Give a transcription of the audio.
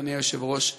אדוני היושב-ראש,